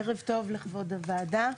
ערב טוב לכבוד הוועדה.